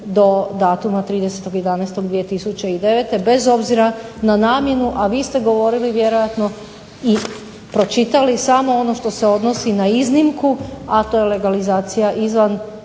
do datuma 30.11.2009. bez obzira na namjenu, a vi ste govorili vjerojatno i pročitali samo ono što se odnosi na iznimku, a to je legalizacija izvan